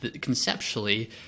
conceptually